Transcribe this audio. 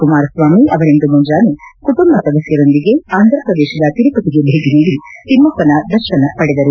ಕುಮಾರಸ್ವಾಮಿ ಅವರಿಂದು ಮುಂಜಾನೆ ಕುಟುಂಬ ಸದಸ್ಡರೊಂದಿಗೆ ಆಂಧ್ರಪ್ರದೇಶದ ತಿರುಪತಿಗೆ ಭೇಟಿ ನೀಡಿ ತಿಮ್ಪಪನ ದರ್ಶನ ಪಡೆದರು